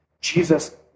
Jesus